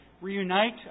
reunite